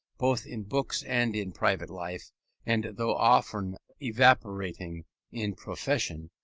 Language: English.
both in books and in private life and though often evaporating in profession,